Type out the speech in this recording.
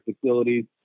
facilities